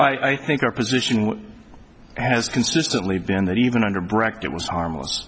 t i think our position as consistently been that even under bracket was harmless